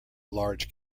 large